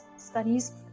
studies